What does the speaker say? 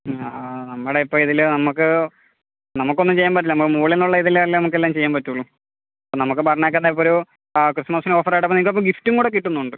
ആ നമ്മൾ ഇപ്പം ഇതില് നമുക്ക് നമുക്കൊന്നും ചെയ്യാൻ പറ്റില്ല നമ്മള് മുകളിൽ നിന്നുള്ള ഇതിലല്ലെ നമുക്ക് എല്ലാം ചെയ്യാന് പറ്റൂള്ളു നമുക്ക് പറഞ്ഞേക്കുന്ന ഇപ്പം ഒരു ക്രിസ്മസ്ന് ഓഫറായിട്ട് ഇപ്പോൾ നിങ്ങൾക്ക് ഇപ്പോൾ ഗിഫ്റ്റും കൂടെ കിട്ടുന്നുണ്ട്